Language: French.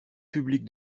public